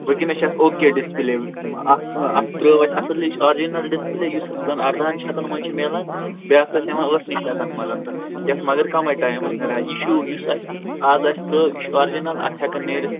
وٕنۍکٮ۪نَس چھِ اَتھ اوکے ڈِسپٕلے اَکھٕ اَتھ ترٛٲو اَسہِ اَصٕل ہِش آرجِنٛل ڈِسپٕلے یُس زَنہٕ اَرداہَن شَتَن منٛز چھِ مِلان بیٛاکھ ٲسۍ یِوان ٲٹھںٕے شَتَن منٛز تہٕ یَتھ مگر کَمٕے ٹایِم اوس نٮ۪ران یہِ چھُو یُس اَتھ آز اَسہِ ترٛٲو یہِ چھِ آرجِنَل اَتھ ہٮ۪کَن نیٖرِتھ